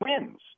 wins